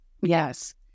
Yes